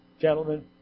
gentlemen